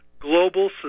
global